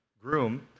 groom